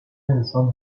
انسان